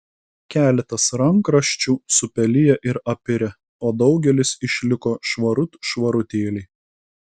keletas rankraščių supeliję ir apirę o daugelis išliko švarut švarutėliai